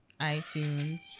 iTunes